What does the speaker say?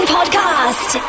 Podcast